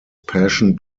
passion